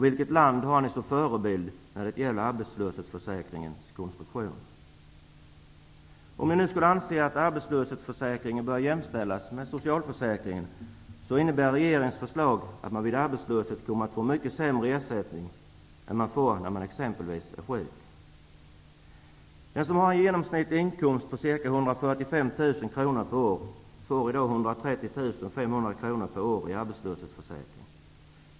Vilket land har ni som förebild när det gäller arbetslöshetsförsäkringens konstruktion? Om ni nu skulle anse att arbetslöshetsförsäkringen bör jämställas med socialförsäkringarna så innebär regeringens förslag att man vid arbetslöshet kommer att få mycket sämre ersättning än man får när man exempelvis är sjuk. kr per år, får i dag 130 500 kr per år i arbetslöshetsförsäkring.